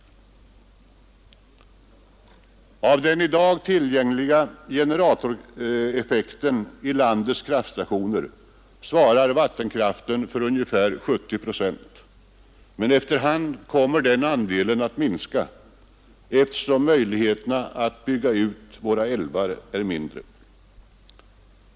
Av den i dag tillgängliga generatoreffekten i landets kraftstationer svarar vattenkraften för ca 70 procent, men efter hand kommer denna andel att sjunka, eftersom möjligheterna att bygga ut våra älvar minskar.